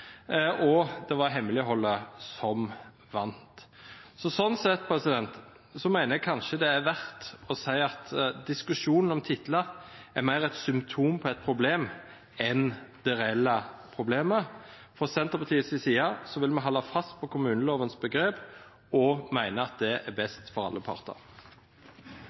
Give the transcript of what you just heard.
vant. Sånn sett mener jeg kanskje det er verdt å si at diskusjon om titler er mer et symptom på et problem enn det reelle problemet. Senterpartiet vil holde fast på kommunelovens begrep og mener det er best for alle